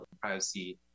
privacy